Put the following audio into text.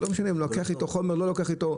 לא משנה הוא לוקח איתו חומר או לא לוקח איתו.